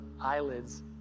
eyelids